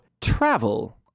travel